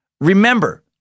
Remember